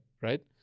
right